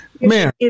Man